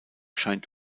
scheint